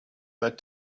that